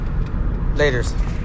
Laters